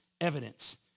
evidence